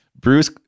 Bruce